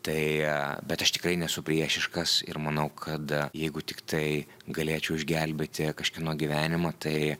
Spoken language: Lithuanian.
tai bet aš tikrai nesu priešiškas ir manau kad jeigu tiktai galėčiau išgelbėti kažkieno gyvenimą tai